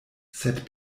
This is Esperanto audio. sed